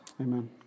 amen